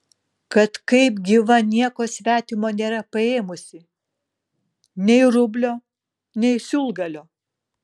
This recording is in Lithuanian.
kad kaip gyva nieko svetimo nėra paėmusi nei rublio nei siūlgalio